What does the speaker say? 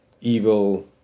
evil